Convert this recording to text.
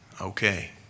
Okay